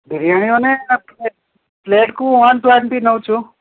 ବିରିୟନୀ ମାନେ ପ୍ଲେଟକୁ one twenty ନେଉଛୁ